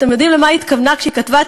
אתם יודעים למה היא התכוונה כשהיא כתבה את